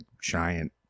giant